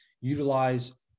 utilize